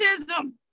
racism